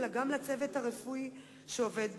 אלא גם לצוות הרפואי שעובד בתחום,